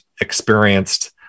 experienced